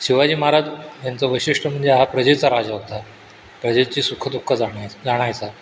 शिवाजी महाराज यांचं वैशिष्ट्य म्हणजे हा प्रजेचा राजा होता प्रजेची सुख दुःख जाणायचा जाणायचा